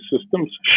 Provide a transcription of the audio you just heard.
systems